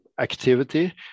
activity